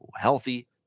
healthy